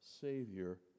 Savior